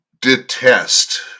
detest